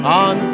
on